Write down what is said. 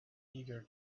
eager